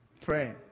Pray